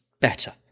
better